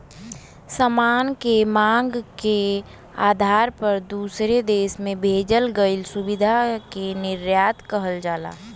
सामान के मांग के आधार पर दूसरे देश में भेजल गइल सुविधा के निर्यात कहल जाला